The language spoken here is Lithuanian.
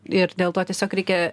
ir dėl to tiesiog reikia